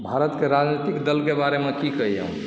भारतके राजनितिक दलके बारेमे की कही हम